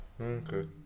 Okay